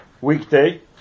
weekday